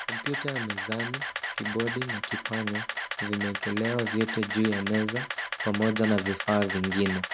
Kompyuta ya mezani, kibodi na kipanya vimewekelewa vyote juu ya meza pamoja na vifaa vingine.